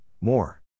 more